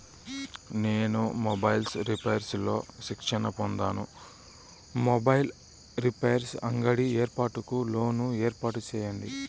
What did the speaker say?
నేను mobiles repairs లో శిక్షణ పొందాను, మొబైల్ రిపైర్స్ అంగడి ఏర్పాటుకు లోను ఏర్పాటు సేయండి?